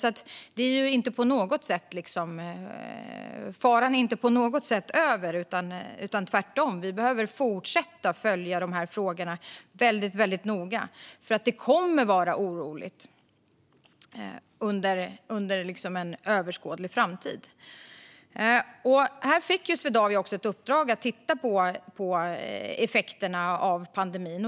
Faran är inte på något sätt över. Tvärtom behöver vi fortsätta att följa frågorna noga. Det kommer att vara oroligt under en överskådlig framtid. Här fick Swedavia ett uppdrag att titta på effekterna av pandemin.